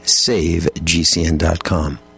savegcn.com